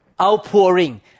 outpouring